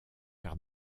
car